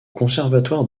conservatoire